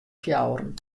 fjouweren